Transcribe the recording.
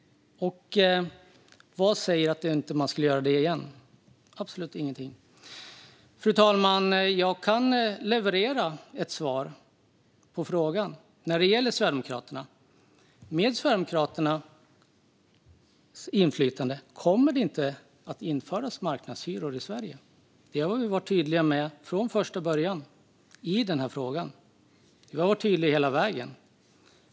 Vad säger att man inte skulle göra det igen? Absolut ingenting. Fru talman! Jag kan leverera ett svar på frågan när det gäller Sverigedemokraterna. Med Sverigedemokraternas inflytande kommer det inte att införas marknadshyror i Sverige. Detta har vi varit tydliga med från första början i denna fråga. Vi har varit tydliga hela vägen.